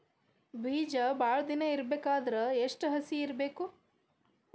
ಬೇಜ ಭಾಳ ದಿನ ಇಡಬೇಕಾದರ ಎಷ್ಟು ಹಸಿ ಇರಬೇಕು?